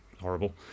horrible